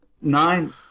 nine